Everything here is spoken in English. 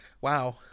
wow